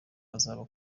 azaba